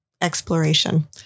exploration